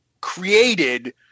created